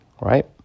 right